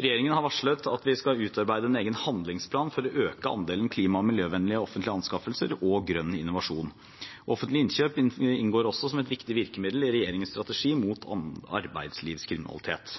Regjeringen har varslet at vi skal utarbeide en egen handlingsplan for å øke andelen klima- og miljøvennlige offentlige anskaffelser og grønn innovasjon. Offentlige innkjøp inngår også som et viktig virkemiddel i regjeringens strategi mot arbeidslivskriminalitet.